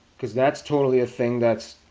cause that's totally a thing that's.